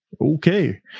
okay